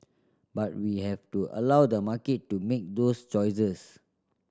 but we have to allow the market to make those choices